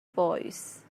boys